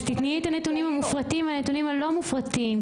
אז תתני לי את הנתונים המפורטים והנתונים הלא מופרטים,